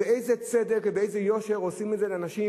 באיזה צדק ובאיזה יושר עושים את זה לאנשים